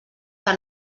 que